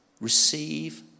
receive